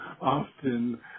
often